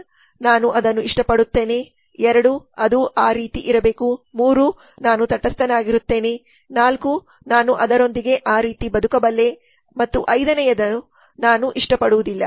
1 ನಾನು ಅದನ್ನು ಇಷ್ಟಪಡುತ್ತೇನೆ 2 ಅದು ಆ ರೀತಿ ಇರಬೇಕು 3 ನಾನು ತಟಸ್ಥನಾಗಿರುತ್ತೇನೆ 4 ನಾನು ಅದರೊಂದಿಗೆ ಆ ರೀತಿ ಬದುಕಬಲ್ಲೆ ಮತ್ತು ಐದನೆಯದನ್ನು ನಾನು ಇಷ್ಟಪಡುವುದಿಲ್ಲ